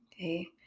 Okay